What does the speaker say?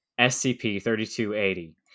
SCP-3280